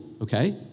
okay